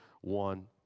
one